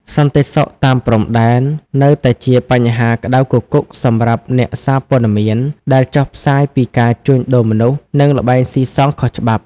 សន្តិសុខតាមព្រំដែននៅតែជាបញ្ហាក្តៅគគុកសម្រាប់អ្នកសារព័ត៌មានដែលចុះផ្សាយពីការជួញដូរមនុស្ស និងល្បែងស៊ីសងខុសច្បាប់។